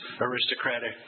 aristocratic